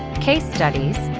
case studies,